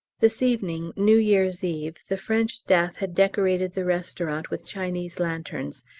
this evening, new year's eve, the french staff had decorated the restaurant with chinese lanterns,